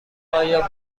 آیا